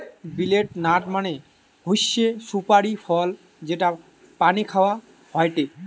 betel nut মানে হৈসে সুপারি ফল যেটা পানে খাওয়া হয়টে